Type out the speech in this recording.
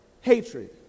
hatred